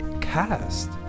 cast